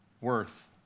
worth